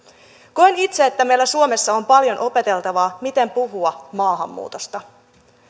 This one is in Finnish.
koen itse että meillä suomessa on paljon opeteltavaa miten puhua maahanmuutosta